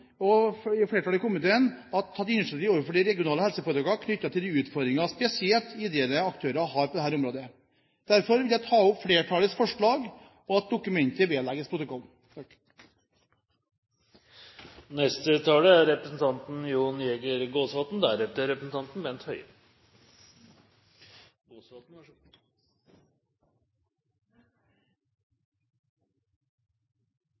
investeringer. Flertallet i komiteen er glad for at statsråden har tatt initiativ overfor de regionale helseforetakene knyttet til disse utfordringene som spesielt ideelle aktører har på dette området. Derfor vil jeg ta opp flertallets forslag om at dokumentet vedlegges protokollen. Representanten Jorodd Asphjell har tatt opp det forslaget han refererte til. Det er